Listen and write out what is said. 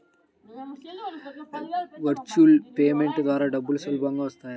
Virtual payment ద్వారా డబ్బులు సులభంగా వస్తాయా?